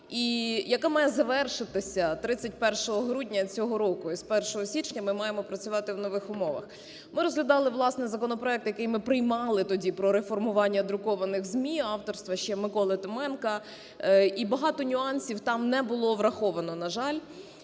і яка має завершитися 31 грудня цього року, і з 1 січня ми маємо працювати в нових умовах. Ми розглядали власний законопроект, який ми приймали тоді, про реформування друкованих ЗМІ авторства ще Миколи Томенка і багато нюансів там не було враховано, на жаль,